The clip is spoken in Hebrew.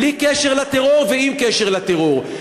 בלי קשר לטרור ועם קשר לטרור.